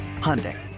Hyundai